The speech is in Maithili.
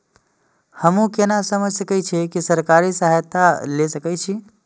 हमू केना समझ सके छी की सरकारी सहायता ले सके छी?